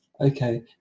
Okay